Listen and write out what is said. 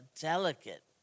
delicate